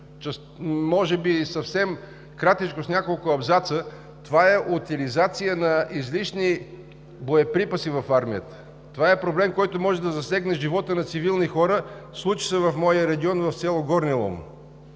засегнат съвсем кратичко с няколко абзаца – утилизацията на излишните боеприпаси в армията. Това е проблем, който може да засегне живота на цивилни хора – случи се в моя регион, в село Горни Лом.